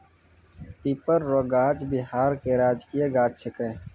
पीपर रो गाछ बिहार के राजकीय गाछ छिकै